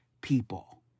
people